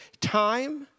time